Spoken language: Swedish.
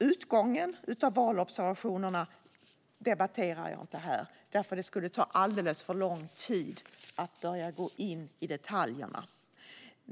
Utgången av valobservationerna debatterar jag inte här, för det skulle ta alldeles för lång tid att gå in i detaljerna.